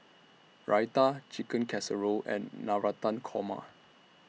Raita Chicken Casserole and Navratan Korma